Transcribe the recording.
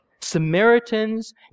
Samaritans